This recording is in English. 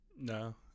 No